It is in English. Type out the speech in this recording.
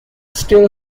still